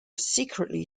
secretly